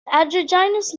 androgynous